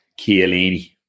Chiellini